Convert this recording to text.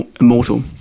immortal